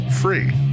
free